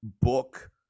book